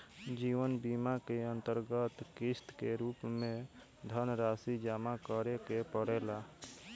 जीवन बीमा के अंतरगत किस्त के रूप में धनरासि जमा करे के पड़ेला